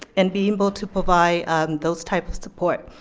and being able to provide those type of support.